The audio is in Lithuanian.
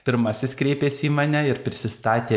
pirmasis kreipėsi į mane ir prisistatė